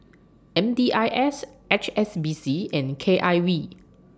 M D I S H S B C and K I V